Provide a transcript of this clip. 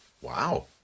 Wow